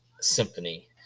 symphony